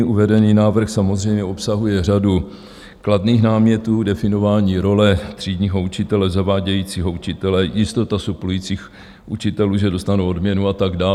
Uvedený návrh samozřejmě obsahuje řadu kladných námětů definování role třídního učitele, zavádějícího učitele, jistota suplujících učitelů, že dostanou odměnu, a tak dál.